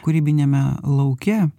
kūrybiniame lauke